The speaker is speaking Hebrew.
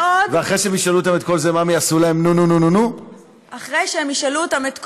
ואחרי שהם ישאלו אותם את כל זה, מה הם יעשו להם?